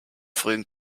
frühen